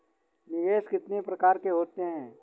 निवेश कितनी प्रकार के होते हैं?